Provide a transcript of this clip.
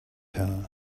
power